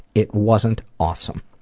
it wasn't awesome.